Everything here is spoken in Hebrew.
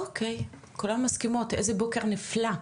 אוקיי, כולן מסכימות, איזה בוקר נפלא.